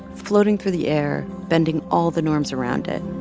floating through the air, bending all the norms around it,